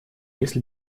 если